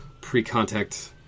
pre-contact